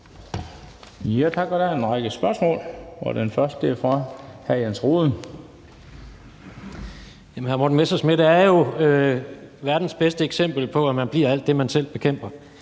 Tak. Der er en række spørgsmål, og det første er fra hr. Jens Rohde. Kl. 11:51 Jens Rohde (KD): Jamen hr. Morten Messerschmidt er jo verdens bedste eksempel på, at man bliver alt det, man selv bekæmper.